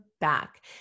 Back